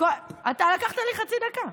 אתה לקחת לי חצי דקה.